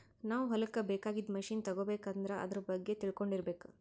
ನಾವ್ ಹೊಲಕ್ಕ್ ಬೇಕಾಗಿದ್ದ್ ಮಷಿನ್ ತಗೋಬೇಕ್ ಅಂದ್ರ ಆದ್ರ ಬಗ್ಗೆ ತಿಳ್ಕೊಂಡಿರ್ಬೇಕ್